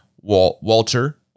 Walter